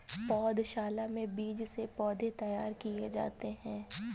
पौधशाला में बीज से पौधे तैयार किए जाते हैं